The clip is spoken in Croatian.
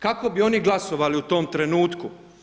Kako bi oni glasovali u tom trenutku?